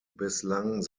bislang